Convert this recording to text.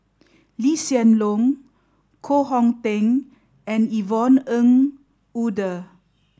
Lee Hsien Loong Koh Hong Teng and Yvonne Ng Uhde